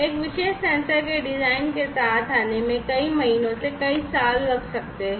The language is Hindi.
एक विशेष सेंसर के डिजाइन के साथ आने में कई महीनों से कई साल लग सकते हैं